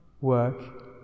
work